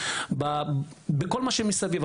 בכול מה שמסביב,